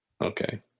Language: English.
Okay